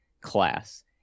class